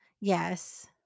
Yes